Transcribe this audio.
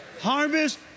Harvest